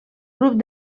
grup